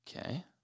Okay